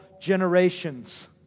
generations